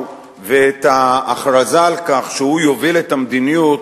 ואת ההכרזה על כך שהוא יוביל את המדיניות